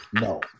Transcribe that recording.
no